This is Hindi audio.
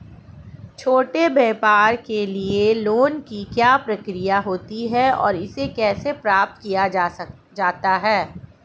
छोटे व्यापार के लिए लोंन की क्या प्रक्रिया होती है और इसे कैसे प्राप्त किया जाता है?